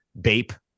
Bape